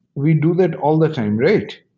we do that all the time, right?